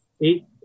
eight